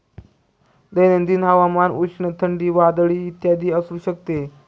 दैनंदिन हवामान उष्ण, थंडी, वादळी इत्यादी असू शकते